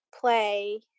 play